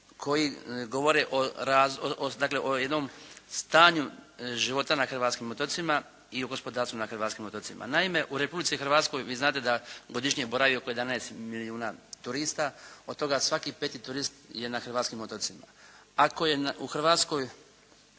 o, dakle o jednom stanju života na hrvatskim otocima i o gospodarstvu na hrvatskim otocima. Naime, u Republici Hrvatskoj vi znate da godišnji boravi oko 11 milijuna turista. Od toga svaki 5. turist je na hrvatskim otocima. Ako je u Hrvatskoj